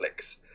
Netflix